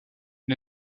une